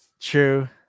True